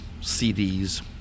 CDs